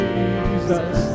Jesus